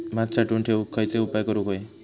भात साठवून ठेवूक खयचे उपाय करूक व्हये?